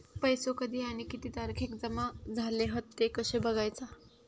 पैसो कधी आणि किती तारखेक जमा झाले हत ते कशे बगायचा?